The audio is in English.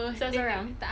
sorang-sorang